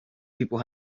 people